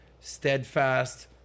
steadfast